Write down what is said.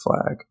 flag